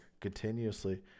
continuously